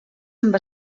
amb